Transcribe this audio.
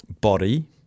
body